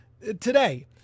today